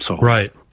Right